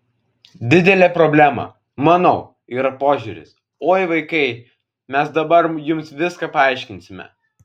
didelė problema manau yra požiūris oi vaikai mes dabar jums viską paaiškinsime